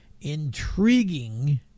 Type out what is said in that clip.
intriguing